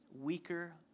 weaker